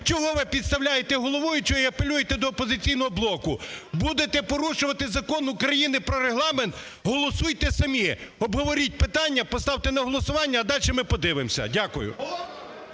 Чого ви підставляєте головуючого і апелюєте до "Опозиційного блоку"? Будете порушувати Закон України про Регламент – голосуйте самі. Обговоріть питання, поставте на голосування, а дальше ми подивимося. Дякую.